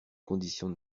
conditions